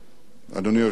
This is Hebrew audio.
אדוני היושב-ראש,